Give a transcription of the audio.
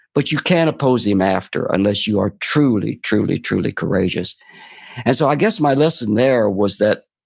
but you can't oppose him after, unless you are truly, truly, truly courageous and so, i guess my lesson there was that,